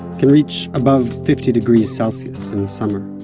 can reach above fifty degrees celsius in the summer,